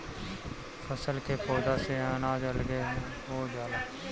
फसल के पौधा से अनाज अलगे हो जाला